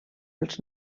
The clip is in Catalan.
els